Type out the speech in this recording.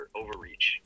overreach